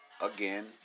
again